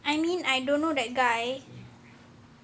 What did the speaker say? I mean I don't know that guy